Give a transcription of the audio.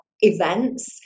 events